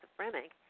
schizophrenic